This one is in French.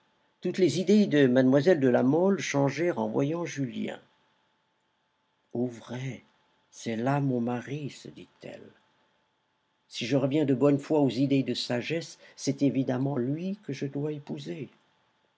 toutes les idées de mlle de la mole changèrent en voyant julien au vrai c'est là mon mari se dit-elle si je reviens de bonne foi aux idées de sagesse c'est évidemment lui que je dois épouser